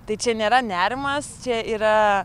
tai čia nėra nerimas čia yra